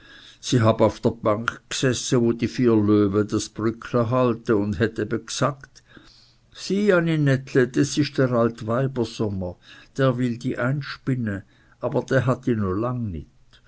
sie hab auf der bank g'sesse wo die vier löwe das brückle halte und hätt ebe g'sagt sieh aninettle des isch der alt weibersommer der will di einspinne aber der hat di